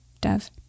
Dove